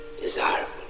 desirable